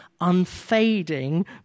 unfading